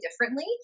differently